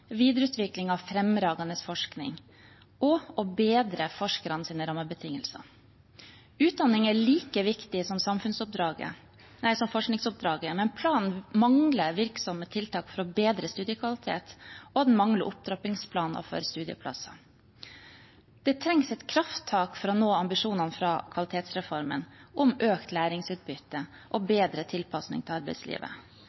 videreutvikling av fremragende forskning og å bedre forskernes rammebetingelser. Utdanning er like viktig som forskningsoppdraget, men planen mangler virksomme tiltak for å bedre studiekvalitet, og den mangler opptrappingsplaner for studieplasser. Det trengs et krafttak for å nå ambisjonene i kvalitetsreformen om økt læringsutbytte og